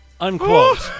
Unquote